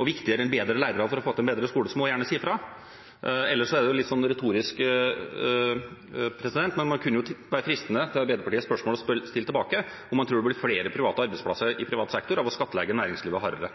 og viktigere enn bedre lærere for å få til en bedre skole, må hun gjerne si fra. Ellers kunne det jo, litt retorisk, være fristende å stille et spørsmål tilbake til Arbeiderpartiet – om man tror det blir flere arbeidsplasser i privat sektor av å skattlegge næringslivet hardere.